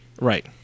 right